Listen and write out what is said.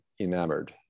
enamored